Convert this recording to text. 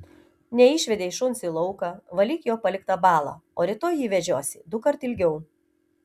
neišvedei šuns į lauką valyk jo paliktą balą o rytoj jį vedžiosi dukart ilgiau